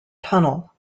tunnel